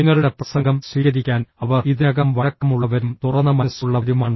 നിങ്ങളുടെ പ്രസംഗം സ്വീകരിക്കാൻ അവർ ഇതിനകം വഴക്കമുള്ളവരും തുറന്ന മനസ്സുള്ളവരുമാണ്